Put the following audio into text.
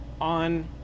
on